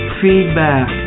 feedback